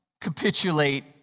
capitulate